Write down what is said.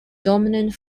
dominant